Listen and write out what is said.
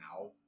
now